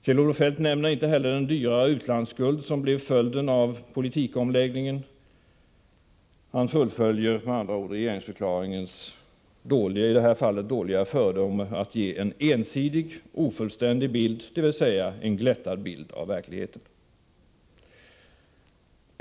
Kjell-Olof Feldt nämner inte heller den dyrare utlandsskuld som blev följden av politikomläggningen. Han följer så att säga regeringsförklaringens i det här fallet dåliga föredöme och ger en ensidig, ofullständig bild — dvs. en glättad bild — av verkligheten.